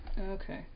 Okay